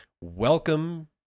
Welcome